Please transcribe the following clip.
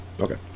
Okay